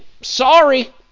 sorry